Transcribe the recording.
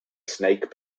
snake